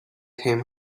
him